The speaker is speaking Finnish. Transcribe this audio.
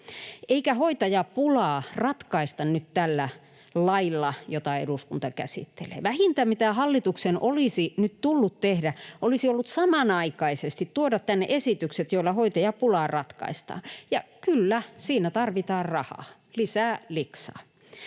Eikä hoitajapulaa ratkaista nyt tällä lailla, jota eduskunta käsittelee. Vähintä, mitä hallituksen olisi nyt tullut tehdä, olisi ollut tuoda tänne samanaikaisesti esitykset, joilla hoitajapula ratkaistaan. Ja kyllä, siinä tarvitaan rahaa, lisää liksaa.